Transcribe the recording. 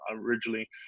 originally